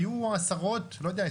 היו עשרות לא יודע,